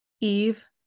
Eve